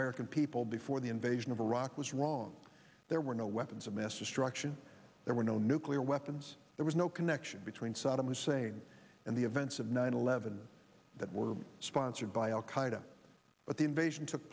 american people before the invasion of iraq was wrong there were no weapons of mass destruction there were no nuclear weapons there was no connection between saddam hussein and the events of nine eleven that were sponsored by al qaida but the invasion took